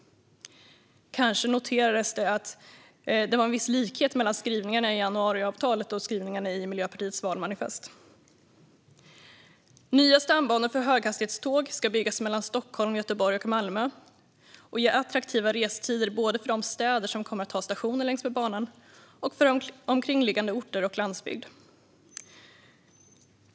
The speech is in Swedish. Kanske har en viss likhet mellan skrivningarna i januariavtalet och skrivningarna i Miljöpartiets valmanifest noterats. Nya stambanor för höghastighetståg ska byggas mellan Stockholm, Göteborg och Malmö och ge attraktiva restider både för de städer som kommer att ha stationer längs med banan och för omkringliggande orter och landsbygd.